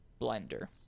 blender